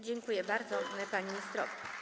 Dziękuję bardzo panu ministrowi.